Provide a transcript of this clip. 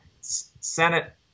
Senate